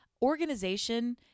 Organization